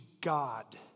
God